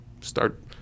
start